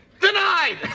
Denied